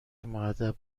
مودب